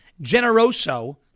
Generoso